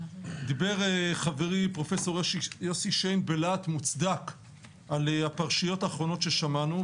דיבר חברי פרופ' יוסי שיין בלהט מוצדק על הפרשיות האחרונות ששמענו,